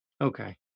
Okay